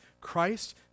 Christ